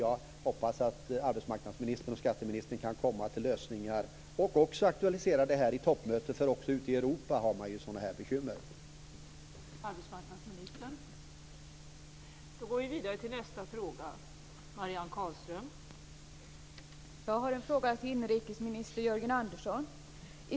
Jag hoppas att arbetsmarknadsministern och skatteministern kan komma fram till lösningar och även aktualisera det här vid toppmöten, eftersom man ju också har sådana här bekymmer ute i Europa.